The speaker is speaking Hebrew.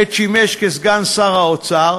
עת שימש כסגן שר האוצר,